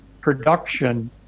production